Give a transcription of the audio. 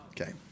Okay